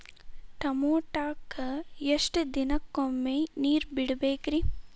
ಟಮೋಟಾಕ ಎಷ್ಟು ದಿನಕ್ಕೊಮ್ಮೆ ನೇರ ಬಿಡಬೇಕ್ರೇ?